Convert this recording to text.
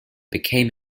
became